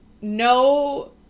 no